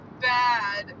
bad